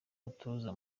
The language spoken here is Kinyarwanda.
umutoza